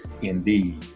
indeed